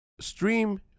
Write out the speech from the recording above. Stream